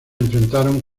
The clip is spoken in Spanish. enfrentaron